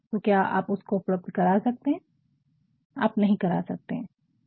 तो क्या आप उसको उपलब्ध करा सकते हैं आप नहीं करा सकते है